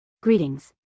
Greetings